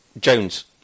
Jones